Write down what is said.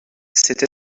cette